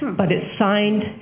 but it's signed,